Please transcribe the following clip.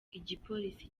igipolisi